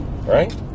Right